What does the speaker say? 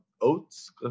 oats